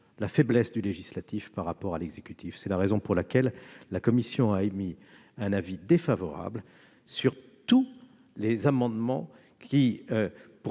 faiblesse du législatif par rapport à l'exécutif. C'est la raison pour laquelle la commission a émis un avis défavorable sur tous les amendements tendant, pour